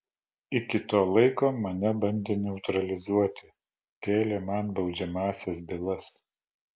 iki to laiko mane bandė neutralizuoti kėlė man baudžiamąsias bylas